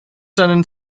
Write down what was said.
seinen